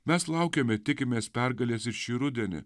mes laukiame tikimės pergalės ir šį rudenį